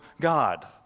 God